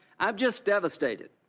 i'm just devastated.